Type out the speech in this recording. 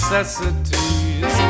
Necessities